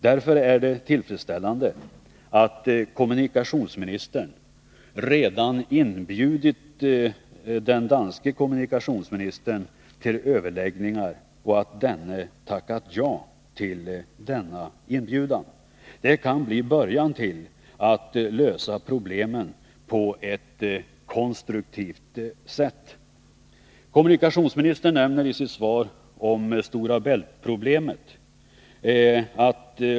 Därför är det tillfredsställande att kommunikationsministern redan inbjudit den danske kommunikationsministern till överläggningar och att denne tackat ja till inbjudan. Det kan bli början till en konstruktiv lösning av problemen. Kommunikationsministern tar i sitt svar upp Stora Bält-problemet.